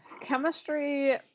chemistry